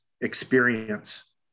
experience